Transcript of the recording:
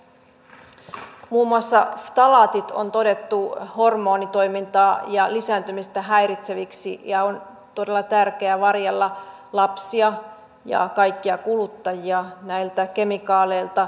muun muassa ftalaatit on todettu hormonitoimintaa ja lisääntymistä häiritseviksi ja on todella tärkeää varjella lapsia ja kaikkia kuluttajia näiltä kemikaaleilta